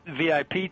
VIP